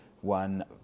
one